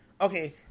Okay